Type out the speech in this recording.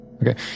Okay